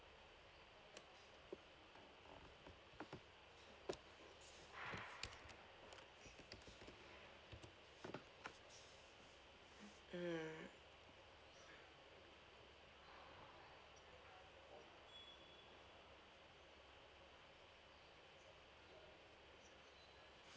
mm